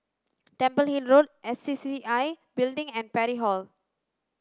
Temple Hill Road S C C C I Building and Parry Hall